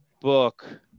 book